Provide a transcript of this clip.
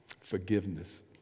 forgiveness